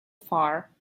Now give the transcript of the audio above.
far